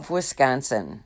Wisconsin